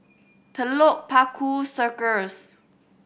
Telok Paku Circus